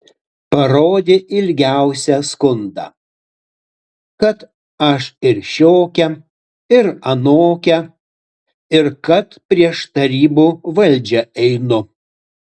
parodė ilgiausią skundą kad aš ir šiokia ir anokia ir kad prieš tarybų valdžią einu